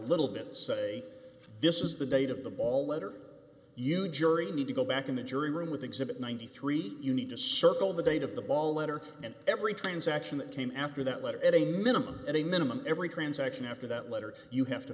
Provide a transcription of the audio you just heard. little bit say this is the date of the ball letter you jury need to go back in the jury room with exhibit ninety three you need to circle the date of the ball letter and every transaction that came after that letter at a minimum at a minimum every transaction after that letter you have to